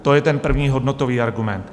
To je ten první, hodnotový argument.